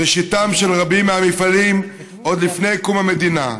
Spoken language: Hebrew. ראשיתם של רבים מהמפעלים עוד לפני קום המדינה.